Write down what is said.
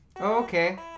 Okay